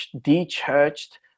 de-churched